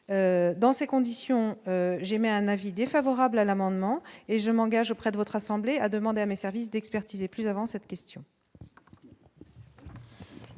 dans ces conditions, j'ai un avis défavorable à l'amendement et je m'engage auprès de votre assemblée a demandé à mes services d'expertiser plus avant cette question.